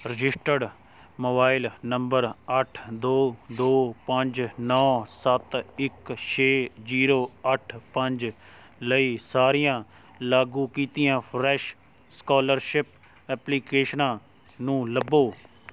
registered mobile number ਅੱਠ ਦੋ ਦੋ ਪੰਜ ਨੌ ਸੱਤ ਇੱਕ ਛੇ ਜੀਰੋ ਅੱਠ ਪੰਜ ਲਈ ਸਾਰੀਆਂ ਲਾਗੂ ਕੀਤੀਆਂ ਫਰੈਸ਼ ਸਕੋਲਰਸ਼ਿਪ ਐਪਲੀਕੇਸ਼ਨਾਂ ਨੂੰ ਲੱਭੋ